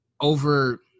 over